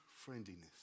friendliness